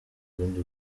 burundi